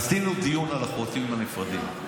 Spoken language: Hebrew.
עשינו דיון על החופים הנפרדים.